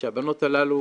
שהבנות הללו